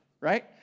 right